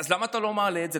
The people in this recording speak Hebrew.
אז למה אתה לא מעלה את זה?